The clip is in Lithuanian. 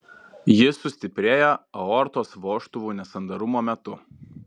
ji sustiprėja aortos vožtuvų nesandarumo metu